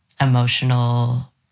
emotional